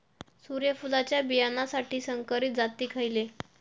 सूर्यफुलाच्या बियानासाठी संकरित जाती खयले?